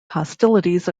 hostilities